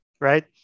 right